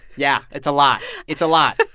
yeah, it's a lot. it's a lot.